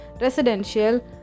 residential